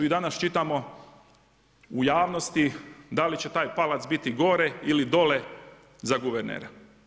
I danas čitamo u javnosti da li će taj palac biti gore ili dole za guvernera.